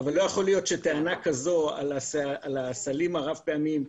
אבל לא יכול להיות שטענה כזו על הסלים הרב פעמיים,